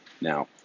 Now